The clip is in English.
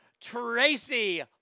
Tracy